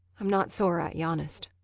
i'm not sore at you, honest.